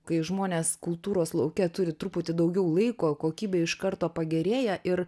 kai žmonės kultūros lauke turi truputį daugiau laiko kokybė iš karto pagerėja ir